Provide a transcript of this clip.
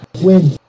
Win